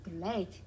great